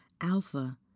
alpha